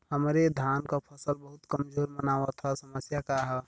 हमरे धान क फसल बहुत कमजोर मनावत ह समस्या का ह?